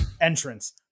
entrance